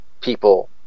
people